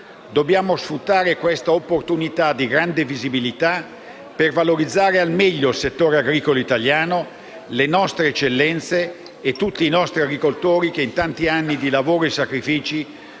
Dobbiamo sfruttare questa opportunità di grande visibilità per valorizzare al meglio il settore agricolo italiano, le nostre eccellenze e tutti i nostri agricoltori, che in tanti anni di lavoro e sacrifici